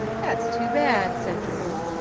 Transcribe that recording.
that's too bad, said jordan.